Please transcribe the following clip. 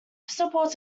supports